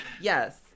yes